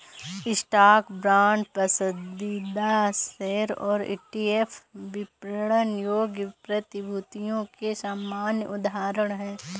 stock, bond, पसंदीदा share और ETF विपणन योग्य प्रतिभूतियों के सामान्य उदाहरण हैं